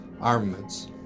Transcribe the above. armaments